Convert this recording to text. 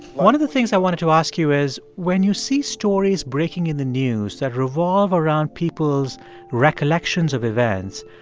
one of the things i wanted to ask you is, when you see stories breaking in the news that revolve around people's recollections of events,